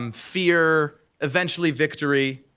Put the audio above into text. um fear, eventually victory.